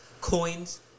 coins